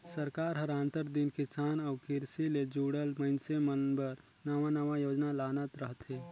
सरकार हर आंतर दिन किसान अउ किरसी ले जुड़ल मइनसे मन बर नावा नावा योजना लानत रहथे